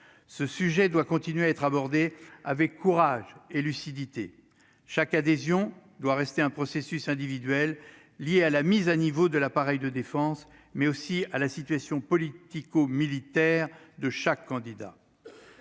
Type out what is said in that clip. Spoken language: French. ce sujet doit continuer à être abordée avec courage et lucidité chaque adhésion doit rester un processus individuelles liées à la mise à niveau de l'appareil de défense mais aussi à la situation politico-militaire de chaque candidat